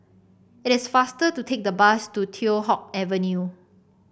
it is faster to take the bus to Teow Hock Avenue